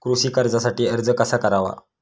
कृषी कर्जासाठी अर्ज कसा करावा?